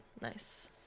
Nice